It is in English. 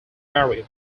mary